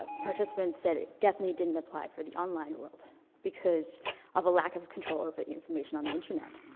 ah participants said it definitely didn't apply for the online world because of a lack of control over the information on the internet.